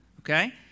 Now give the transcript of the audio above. Okay